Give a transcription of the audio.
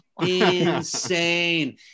Insane